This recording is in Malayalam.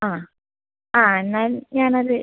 ആ ആ എന്നാൽ ഞാൻ അത്